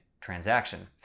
transaction